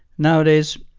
nowadays,